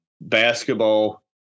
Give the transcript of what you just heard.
Basketball